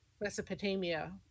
Mesopotamia